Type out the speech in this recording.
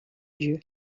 lieu